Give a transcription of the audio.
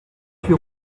huit